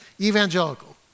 evangelical